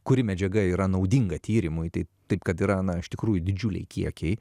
kuri medžiaga yra naudinga tyrimui tai taip kad yra na iš tikrųjų didžiuliai kiekiai